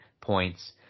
points